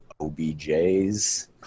OBJs